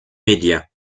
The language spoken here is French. média